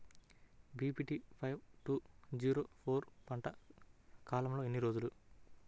BPT five two zero four పంట కాలంలో ఎన్ని రోజులు?